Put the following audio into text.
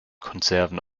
konserven